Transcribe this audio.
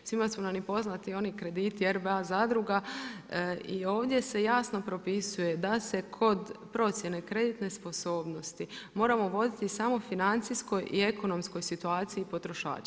Svima su nam i poznati oni krediti RBA zadruga i ovdje se jasno propisuje da se kod procjene kreditne sposobnosti moramo voditi samo financijskoj i ekonomskoj situaciji potrošača.